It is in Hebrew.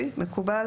מקובל?